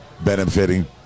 Benefiting